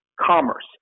commerce